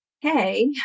Hey